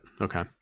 Okay